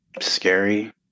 Scary